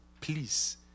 please